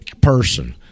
Person